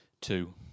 Two